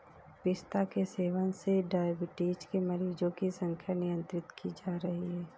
पिस्ता के सेवन से डाइबिटीज के मरीजों की संख्या नियंत्रित की जा रही है